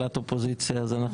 קואליציית